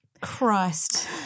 Christ